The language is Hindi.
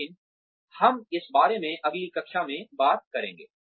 लेकिन हम इस बारे में अगली कक्षा में बात करेंगे